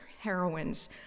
heroines